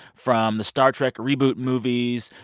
from the star trek reboot movies.